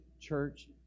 church